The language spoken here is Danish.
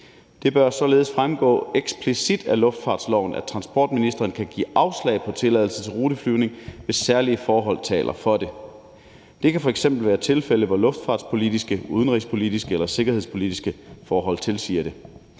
Det bør således fremgå eksplicit af luftfartsloven, at transportministeren kan give afslag på tilladelser til ruteflyvning, hvis særlige forhold taler for det. Det kan f.eks. være tilfælde, hvor luftfartspolitiske, udenrigspolitiske eller sikkerhedspolitiske forhold tilsiger det.